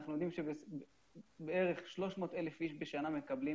אנחנו יודעים שכ-300,000 איש בשנה מקבלים